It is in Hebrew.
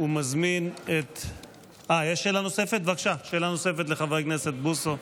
שאלה נוספת, לחבר הכנסת בוסו,